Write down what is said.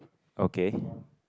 okay